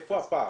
איפה הפער.